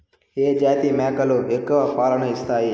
ఏ జాతి మేకలు ఎక్కువ పాలను ఇస్తాయి?